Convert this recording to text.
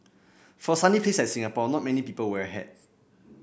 for a sunny place like Singapore not many people wear a hat